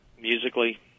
musically